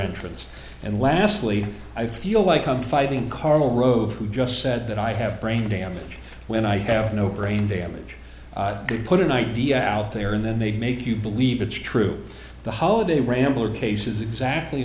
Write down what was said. entrance and lastly i feel like i'm fighting karl rove who just said that i have brain damage when i have no brain damage to put an idea out there and then they make you believe it's true the holiday rambler case is exactly